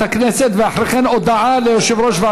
הודעה למזכירת הכנסת,